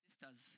Sisters